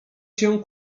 się